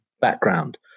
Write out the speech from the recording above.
background